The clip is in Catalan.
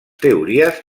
teories